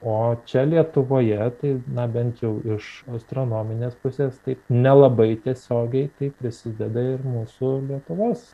o čia lietuvoje tai na bent jau iš astronominės pusės tai nelabai tiesiogiai tai prisideda ir mūsų lietuvos